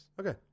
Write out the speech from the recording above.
Okay